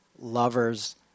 lovers